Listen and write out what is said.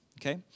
Okay